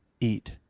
eat